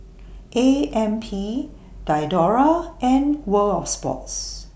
A M P Diadora and World of Sports